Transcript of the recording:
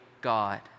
God